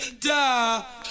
die